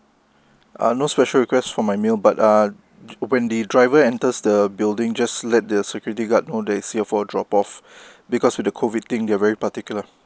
ah no special requests for my meal but uh upon the driver enters the building just let the security guard know that it is for drop off because with the COVID thing they are very particular